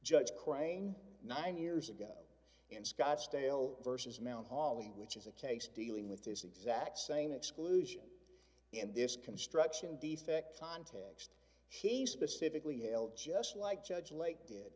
judge crane nine years ago in scottsdale versus mount holly which is a case dealing with this exact same exclusion in this construction defect on tax she specifically hail just like judge lake did